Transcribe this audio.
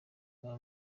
bwo